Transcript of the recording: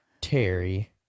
Terry